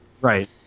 right